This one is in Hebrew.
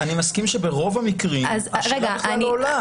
אני מסכים שברוב המקרים השאלה בכלל לא עולה.